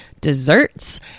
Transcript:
desserts